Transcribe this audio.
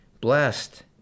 Blessed